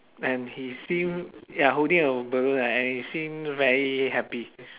and he seem ya holding a balloon and he seem very happy